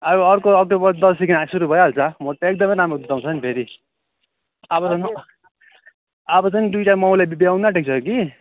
अब अर्को अक्टोबर दसदेखि घाँस सुरु भइहाल्छ मोटो एकदमै राम्रो दुध आउँछ नि फेरि अब त म अब त नि दुइटा माउले ब्याउनु आँटेको छ कि